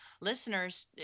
listeners